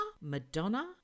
Madonna